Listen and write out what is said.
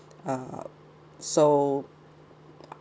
uh so